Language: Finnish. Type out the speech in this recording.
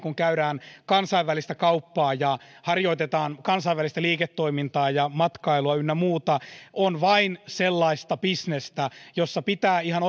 kun käydään kansainvälistä kauppaa ja harjoitetaan kansainvälistä liiketoimintaa ja matkailua ynnä muuta se on vain sellaista bisnestä jossa pitää ihan